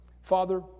Father